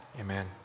Amen